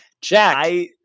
Jack